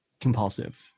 compulsive